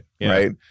right